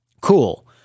cool